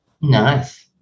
Nice